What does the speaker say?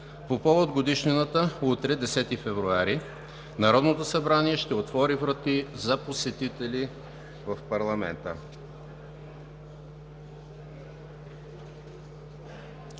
По повод годишнината утре – 10 февруари, Народното събрание ще отвори врати за посетители в парламента.